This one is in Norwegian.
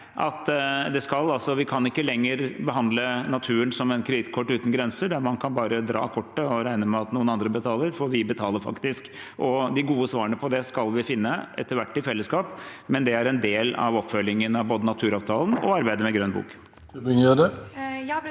at vi ikke lenger kan behandle naturen som et kredittkort uten grenser, der man bare kan dra kortet og regne med at noen andre betaler, for vi betaler faktisk. De gode svarene på det skal vi finne, etter hvert i fellesskap, men det er en del av oppfølgingen av både naturavtalen og arbeidet med grønn bok.